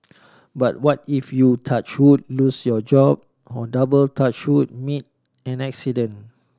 but what if you touch wood lose your job on double touch wood meet an accident